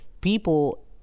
people